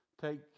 Take